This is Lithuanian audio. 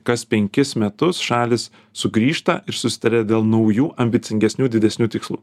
kas penkis metus šalys sugrįžta ir susitaria dėl naujų ambicingesnių didesnių tikslų